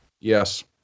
Yes